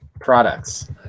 products